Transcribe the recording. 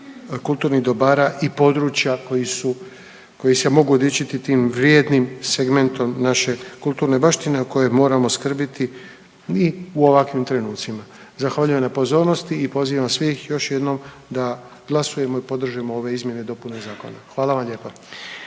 kulturnih dobara i područja koji su, koji se mogu dičiti tim vrijednim segmentom naše kulturne baštine o kojem moramo skrbiti i u ovakvim trenucima. Zahvaljujem na pozornosti i pozivam svih još jednom da glasujemo i podržimo ove izmjene i dopune zakona. Hvala vam lijepa.